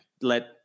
let